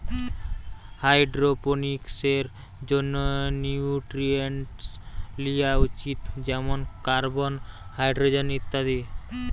হাইড্রোপনিক্সের জন্যে নিউট্রিয়েন্টস লিয়া উচিত যেমন কার্বন, হাইড্রোজেন ইত্যাদি